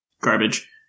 garbage